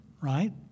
Right